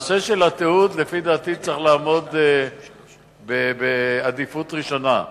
הנושא הזה של התיעוד צריך לעמוד בעדיפות ראשונה.